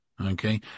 Okay